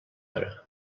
hora